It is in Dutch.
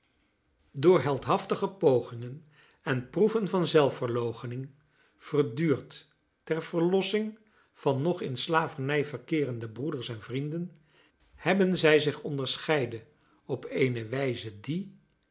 door heldhaftige pogingen en proeven van zelfverloochening verduurd ter verlossing van nog in slavernij verkeerende broeders en vrienden hebben zij zich onderscheiden op eene wijze die